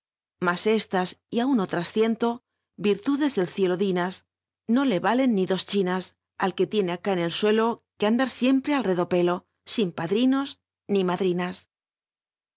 r tas y aun otras ciento virtudes del cielo di a no le rajen ni do china al que tiene acá n cl suelo que andar oil'llljlrl al r dopelo sin padrinos ni madrinas